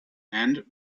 and